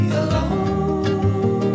alone